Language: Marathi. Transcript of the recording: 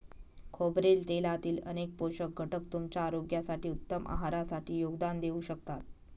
खोबरेल तेलातील अनेक पोषक घटक तुमच्या आरोग्यासाठी, उत्तम आहारासाठी योगदान देऊ शकतात